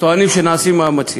טוענים שנעשים מאמצים,